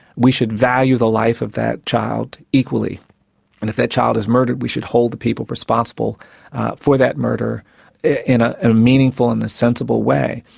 we should value the life of that child equally and if that child is murdered we should hold the people responsible for that murder in a ah meaningful and in a sensible way.